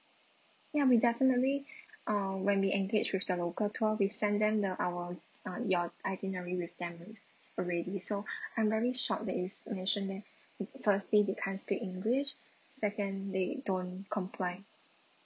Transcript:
ya we definitely uh when we engage with the local tour we send them the our uh your itinerary with them already so I'm very shocked that you mentioned that firstly they can't speak english second they don't comply